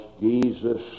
Jesus